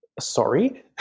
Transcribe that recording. sorry